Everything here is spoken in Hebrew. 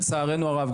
לצערנו הרב,